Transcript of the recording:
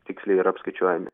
tiksliai yra apskaičiuojami